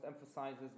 emphasizes